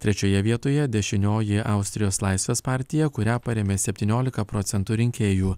trečioje vietoje dešinioji austrijos laisvės partija kurią parėmė septyniolika procentų rinkėjų